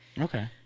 Okay